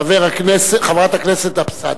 חברת הכנסת אבסדזה.